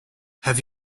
have